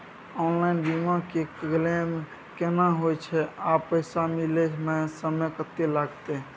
Online बीमा के claim केना होय छै आ पैसा मिले म समय केत्ते लगतै?